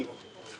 לא